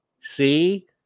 See